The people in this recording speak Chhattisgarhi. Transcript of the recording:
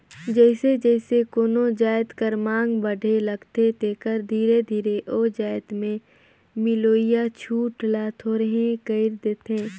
जइसे जइसे कोनो जाएत कर मांग बढ़े लगथे तेकर धीरे ले ओ जाएत में मिलोइया छूट ल थोरहें कइर देथे